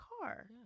car